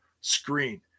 screen